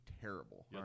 terrible